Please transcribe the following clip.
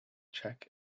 check